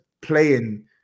playing